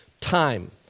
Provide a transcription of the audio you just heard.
Time